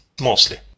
mostly